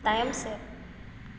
ᱛᱟᱭᱚᱢ ᱥᱮᱫ